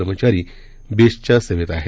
कर्मचारी बेस्टच्या सेवेत आहेत